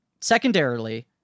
secondarily